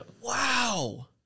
wow